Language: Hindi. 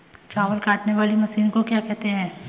चावल काटने वाली मशीन को क्या कहते हैं?